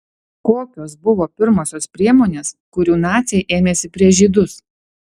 kokios buvo pirmosios priemonės kurių naciai ėmėsi prieš žydus